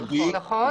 נכון.